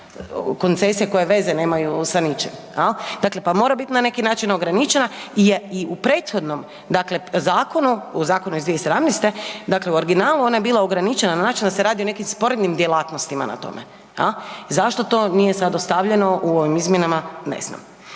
koncesije koje veze nemaju sa ničim? Dakle, pa mora biti na neki način ograničena jer i u prethodnom dakle zakonu, u zakonu iz 2017., dakle u originalu, ona je bila ograničena na način da se radi o nekim sporednim djelatnostima na tome. zašto to nije sad ostavljeno u ovim izmjenama, ne znam.